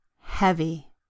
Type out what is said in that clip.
heavy